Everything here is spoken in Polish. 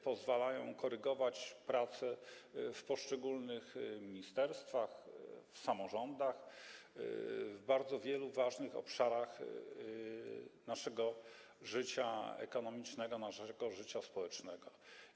Pozwalają korygować pracę w poszczególnych ministerstwach, w samorządach, w bardzo wielu ważnych obszarach naszego życia: ekonomicznego i społecznego.